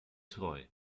treu